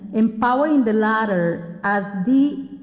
empowering the latter as the,